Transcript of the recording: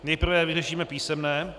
Nejprve vyřešíme písemné.